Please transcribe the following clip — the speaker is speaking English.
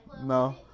no